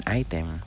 item